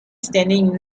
standing